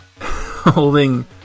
holding